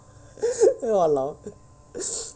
!walao!